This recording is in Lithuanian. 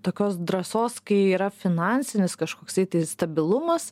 tokios drąsos kai yra finansinis kažkoksai stabilumas